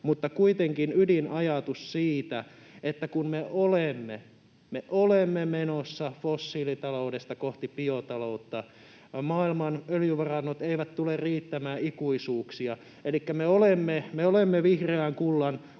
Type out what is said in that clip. Mutta kuitenkin ydinajatus on se, että me olemme menossa fossiilitaloudesta kohti biotaloutta, maailman öljyvarannot eivät tule riittämään ikuisuuksia, elikkä me olemme vihreän kullan